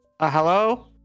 hello